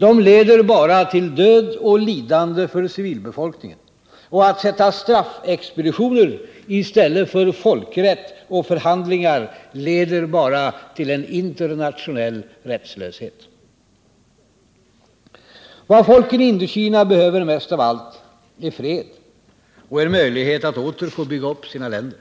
De leder bara till död och lidande för civilbefolk ningen. Och att sätta straffexpeditioner i stället för folkrätt och förhandlingar leder bara till en internationell rättslöshet. Vad folken i Indokina behöver mest av allt är fred och en möjlighet att åter få bygga upp sina länder.